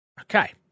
Okay